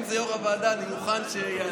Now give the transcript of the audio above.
אם זה יו"ר הוועדה, אני מוכן שיעלה.